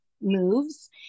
moves